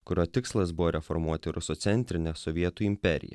kurio tikslas buvo reformuoti rusocentrinę sovietų imperiją